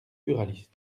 buralistes